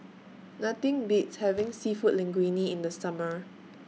Nothing Beats having Seafood Linguine in The Summer